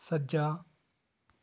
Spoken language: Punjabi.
ਸੱਜਾ